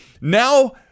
now